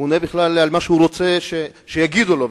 הוא עונה בכלל על משהו שהוא רוצה שיגידו לו,